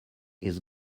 he’s